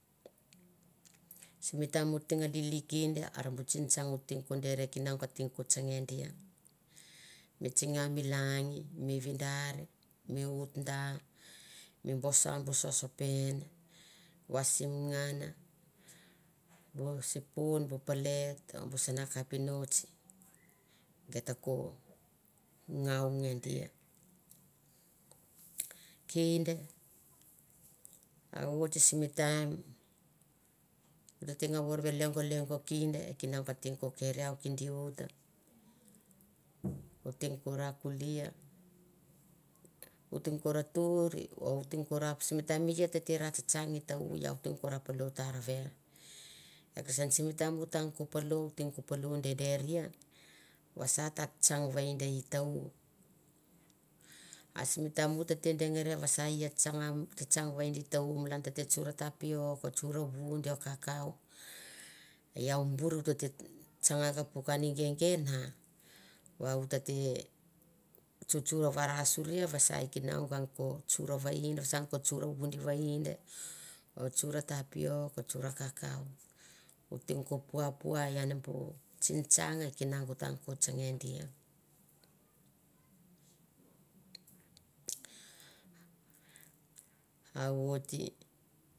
Sim taim o teng lili kinda, are bu tsing tsang o teng ko deri e kinaung a teng ko tsana dia. Mi tsinga mi langi, mi vidar, mi ut da, mi goso bu sosopen, wasim ngan bu sipun bu palent o bu sana kapinots gai ta ko ngau nge dia. Kinda oit simi taimdi to te tengo, lengo kinda e kinaung a teng ko keri iau kinda uta, o teng ka ra kulia o teng ko ra tuir o teng ko ra sim taim e ia tete ra tsatsang i ta- u, iau teng ko palo dederia vasa ta tsang vaindi i ta- u, a sim taim u tete dengaria vasa e i a tsanga tsatsang vaindi i tau, malan tete tsur tapiok, tsur vuin kakau, iau bur u tete tsanga ka puk an i gege na va uta te tsutsun varasoria vasa e kinaung ang ko tsur vaind, vasa ang ko tsur vuin vainde, o tsura tapiok, tsura kakau, o teng ko pua pua ian bu tsingtsang e kinaung tang ko tsanga dia. A oiti.